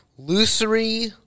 lucery